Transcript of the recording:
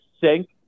sink